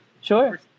Sure